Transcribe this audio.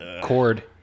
cord